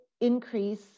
increase